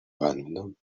badminton